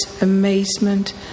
amazement